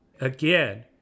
again